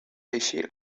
així